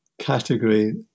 category